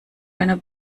einer